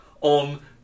on